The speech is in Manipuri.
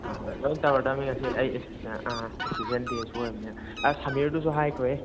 ꯑꯥ ꯑꯥ ꯂꯣꯏ ꯇꯧꯔꯗꯧꯅꯤ ꯉꯁꯤ ꯑꯩ ꯑꯥ ꯏꯁꯄꯤꯁꯦꯟ ꯗꯦꯁꯨ ꯑꯣꯏꯕꯅꯤꯅ ꯑꯁ ꯁꯃꯤꯔꯗꯨꯁꯨ ꯍꯥꯏꯈꯣꯍꯦ